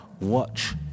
watch